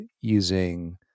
using